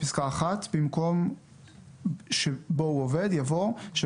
התבקשתי על ידי יושב-ראש הוועדה להחליף אותו בשל